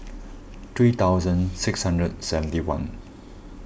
three thousand six hundred and seventy one